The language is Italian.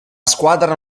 squadra